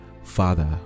father